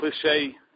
cliche